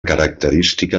característica